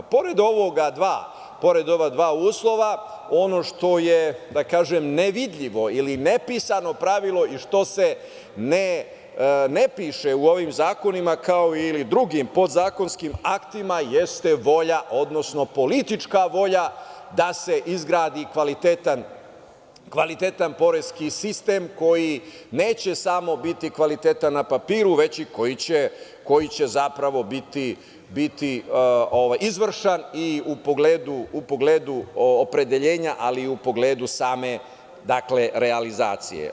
Pored ova dva uslova, ono što je, da kažem, nevidljivo ili nepisano pravilo i što se ne piše u ovim zakonima, kao ili drugim podzakonskim aktima, jeste volja, odnosno politička volja da se izgradi kvalitetan poreski sistem koji neće samo biti kvalitetan na papiru, već koji će biti izvršan i u pogledu opredeljenja, ali i u pogledu same realizacije.